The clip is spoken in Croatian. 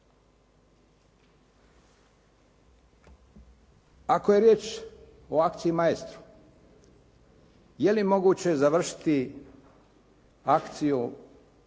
Ako je riječ o akciji "Maestro", je li moguće završiti akciju,